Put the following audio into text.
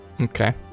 Okay